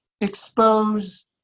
expose